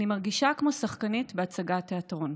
אני מרגישה כמו שחקנית בהצגת תיאטרון.